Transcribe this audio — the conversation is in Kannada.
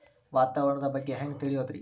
ವಾತಾವರಣದ ಬಗ್ಗೆ ಹ್ಯಾಂಗ್ ತಿಳಿಯೋದ್ರಿ?